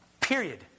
Period